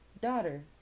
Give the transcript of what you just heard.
daughter